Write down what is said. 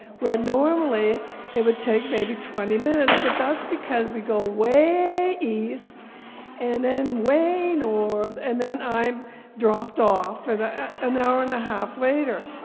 where normally it would take maybe twenty minutes, but that's because we go way east and then way north and then i'm dropped off and ah an hour and a half later.